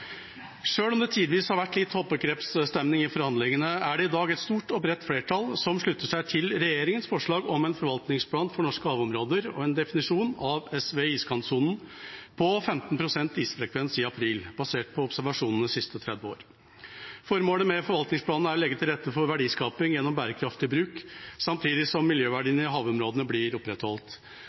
om det tidvis har vært litt hoppekrepsstemning i forhandlingene, er det i dag et stort og bredt flertall som slutter seg til regjeringas forslag om en forvaltningsplan for norske havområder og en definisjon av SVO iskantsonen på 15 pst. isfrekvens i april, basert på observasjoner de siste 30 år. Formålet med forvaltningsplanen er å legge til rette for verdiskaping gjennom bærekraftig bruk, samtidig som miljøverdiene i havområdene blir opprettholdt.